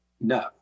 no